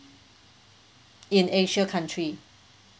in asia country